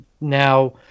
now